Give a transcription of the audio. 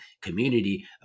community